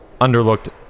Underlooked